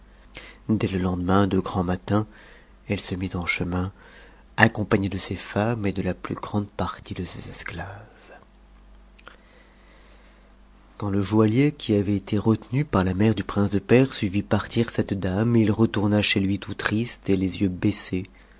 des le lendemain de grand matin euese mit eu chemin accompa ncc de ses femmes et de la plus grande partie de ses esclaves q md le joaiuier qui avait été retenu par la mère du prince de perse nt va partir cette dame i retourna chez lui tout triste et les yeux baissés